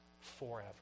forever